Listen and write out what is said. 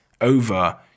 over